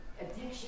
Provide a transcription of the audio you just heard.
addiction